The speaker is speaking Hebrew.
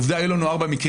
עובדה, היו לנו ארבעה מקרים.